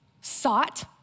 sought